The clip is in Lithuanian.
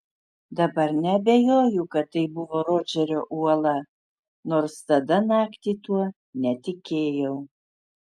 dabar neabejoju kad tai buvo rodžerio uola nors tada naktį tuo netikėjau